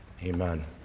Amen